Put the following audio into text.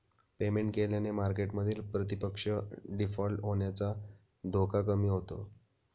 payment केल्याने मार्केटमधील प्रतिपक्ष डिफॉल्ट होण्याचा धोका कमी होतो